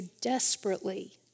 desperately